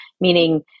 meaning